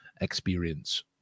experience